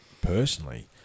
personally